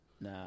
Nah